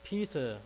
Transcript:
Peter